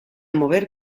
mover